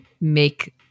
make